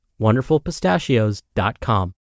WonderfulPistachios.com